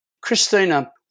Christina